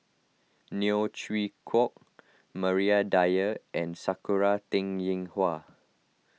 Neo Chwee Kok Maria Dyer and Sakura Teng Ying Hua